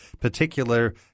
particular